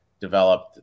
developed